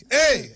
Hey